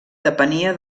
depenia